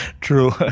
True